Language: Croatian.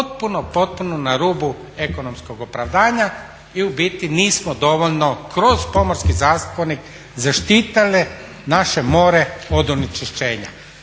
potpuno na rubu ekonomskog opravdanja i u biti nismo dovoljno kroz Pomorski zakonik zaštitili naše more od onečišćenja.